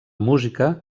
música